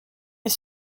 est